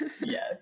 Yes